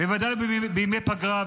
ובוודאי לא בימי פגרה.